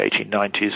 1890s